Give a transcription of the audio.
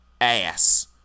ass